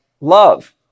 love